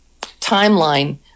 timeline